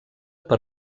per